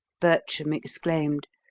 bertram exclaimed.